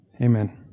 Amen